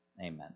Amen